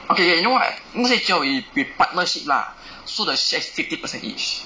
okay kay you know what not say 交易 we partnership lah so the share is fifty percent each